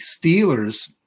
Steelers